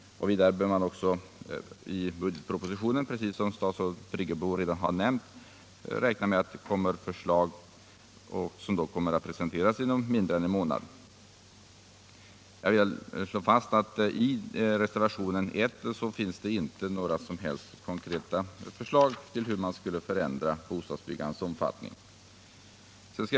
Vidare bör man avvakta den budgetproposition som kommer att presenteras om mindre än en månad. Några konkreta förslag om hur man skulle förändra bostadsbyggandets omfattning presenteras inte i reservationen 1.